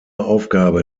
aufgabe